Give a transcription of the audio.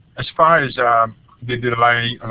as far as um the delay,